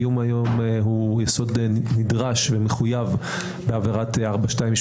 האיום היום הוא יסוד נדרש ומחויב בעבירת 428,